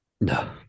No